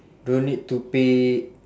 don't need to pay